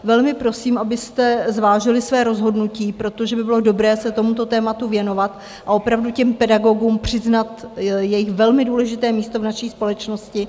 Velmi prosím, abyste zvážili své rozhodnutí, protože by bylo dobré se tomuto tématu věnovat a opravdu pedagogům přiznat jejich velmi důležité místo v naší společnosti.